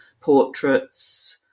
portraits